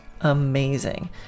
amazing